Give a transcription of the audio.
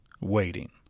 waiting